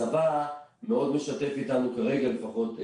הצבא מאוד משתף איתנו, כרגע לפחות,